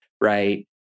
right